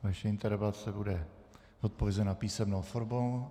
Vaše interpelace bude odpovězena písemnou formou.